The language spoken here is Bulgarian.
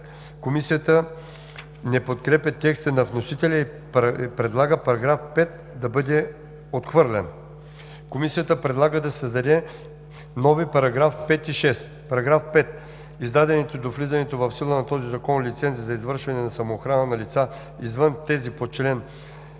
Комисията не подкрепя текста на вносителя и предлага § 5 да бъде отхвърлен. Комисията предлага да се създаде нови § 5 и 6: „§ 5. Издадените до влизането в сила на този закон лицензи за извършване на самоохрана на лица, извън тези по чл.